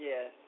Yes